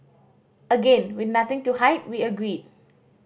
again with nothing to hide we agreed